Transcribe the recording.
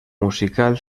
musical